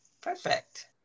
Perfect